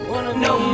no